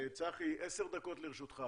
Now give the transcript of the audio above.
אני 12 שנה שותף שלו,